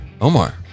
omar